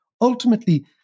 ultimately